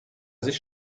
sich